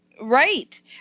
Right